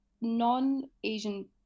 non-Asian